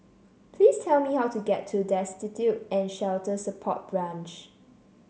please tell me how to get to Destitute and Shelter Support Branch